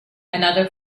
another